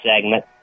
segment